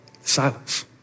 Silence